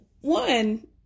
One